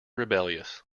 rebellious